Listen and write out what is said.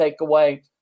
takeaway